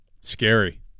Scary